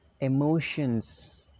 emotions